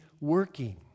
working